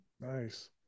Nice